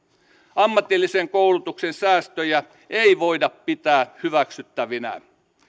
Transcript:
ammatillisen koulutuksen säästöjä ei voida pitää hyväksyttävinä